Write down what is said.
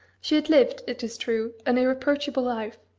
she had lived, it is true, an irreproachable life,